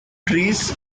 trees